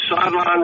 sideline